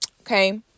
Okay